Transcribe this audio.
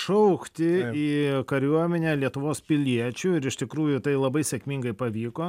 šaukti į kariuomenę lietuvos piliečių ir iš tikrųjų tai labai sėkmingai pavyko